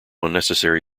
unnecessary